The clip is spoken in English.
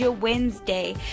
Wednesday